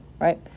right